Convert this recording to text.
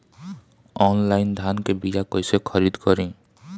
Online धान के बीया कइसे खरीद करी?